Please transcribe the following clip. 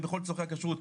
ובכל צורכי הכשרות.